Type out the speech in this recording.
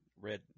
Red